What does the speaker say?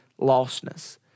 lostness